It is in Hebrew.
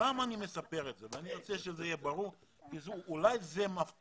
אני מספר את זה כי זה אולי המפתח